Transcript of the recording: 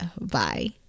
Bye